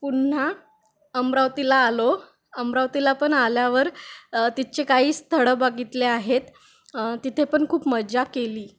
पुन्हा अमरावतीला आलो अमरावतीला पण आल्यावर तिथचे काही स्थळं बघितले आहेत तिथे पण खूप मजा केली